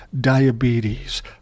diabetes